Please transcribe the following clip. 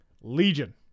Legion